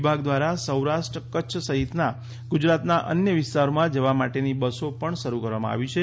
વિભાગ દ્વારા સૌરાષ્ટ્ર કચ્છ સહિતના ગુજરાતના અન્ય વિસ્તારોમાં જવા માટેની બસો પણ શરૂ કરવામાં આવી છે